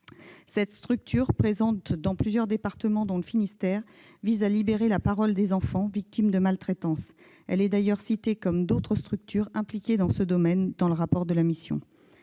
Cette structure, présente dans plusieurs départements, dont le Finistère, vise à libérer la parole des enfants victimes de maltraitances. Elle est d'ailleurs citée, comme d'autres structures impliquées dans ce domaine, dans le rapport de la mission.